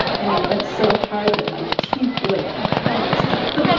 and it went so hard that my teeth, like, clinked together.